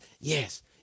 yes